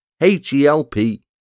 H-E-L-P